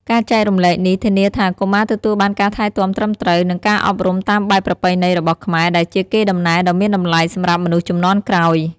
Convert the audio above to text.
ការចែករំលែកនេះធានាថាកុមារទទួលបានការថែទាំត្រឹមត្រូវ និងការអប់រំតាមបែបប្រពៃណីរបស់ខ្មែរ ដែលជាកេរដំណែលដ៏មានតម្លៃសម្រាប់មនុស្សជំនាន់ក្រោយ។